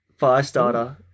firestarter